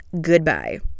goodbye